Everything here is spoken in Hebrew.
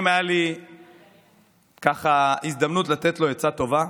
אם הייתה לי הזדמנות לתת לו עצה טובה,